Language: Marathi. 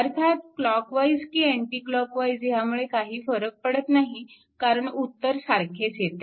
अर्थात क्लॉकवाईज की अँटी क्लॉकवाईज ह्यामुळे काही फरक पडत नाही कारण उत्तर सारखेच येते